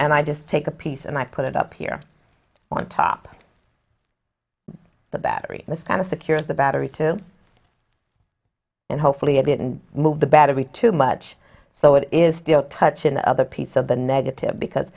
and i just take a piece and i put it up here on top the battery that's kind of secure is the battery too and hopefully i didn't move the battery too much so it is still touching the other piece of the negative because